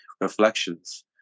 reflections